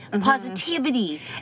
positivity